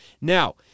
Now